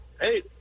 Hey